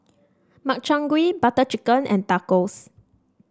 Makchang Gui Butter Chicken and Tacos